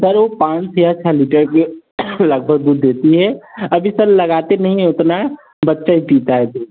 sir वह पाँच पियर का लीटर में लगभग दूध देती है अभी सर लगाते नहीं है उतना बच्चा ही पीता है दूध